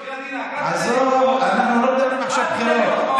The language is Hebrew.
אני ערב בחירות.